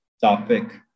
topic